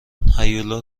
هیولا